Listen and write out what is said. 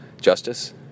Justice